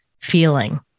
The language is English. Feeling